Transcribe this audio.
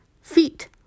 Feet